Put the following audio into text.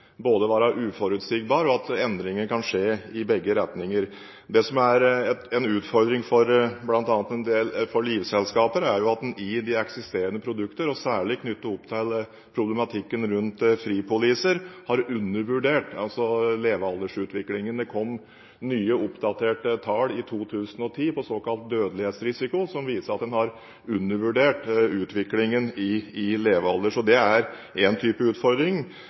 være uforutsigbar og for at endringer kan skje i begge retninger. En utfordring for livselskaper er bl.a. at nye, oppdaterte tall i 2010 på såkalt dødelighetsrisiko viser at en i de eksisterende produkter, særlig knyttet opp til problematikken rundt fripoliser, har undervurdert utviklingen i levealder – så det er én type utfordring. Det andre er at det ikke er mulig å gi anslag på hva slags avkastninger en